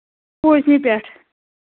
پوٗنٛژمہِ پٮ۪ٹھ